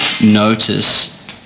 notice